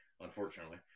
unfortunately